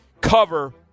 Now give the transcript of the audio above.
cover